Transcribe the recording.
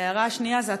וההערה השנייה היא,